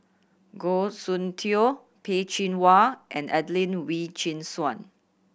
Goh Soon Tioe Peh Chin Hua and Adelene Wee Chin Suan